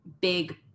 big